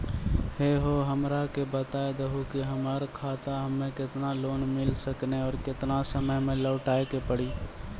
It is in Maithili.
है हो हमरा के बता दहु की हमार खाता हम्मे केतना लोन मिल सकने और केतना समय मैं लौटाए के पड़ी?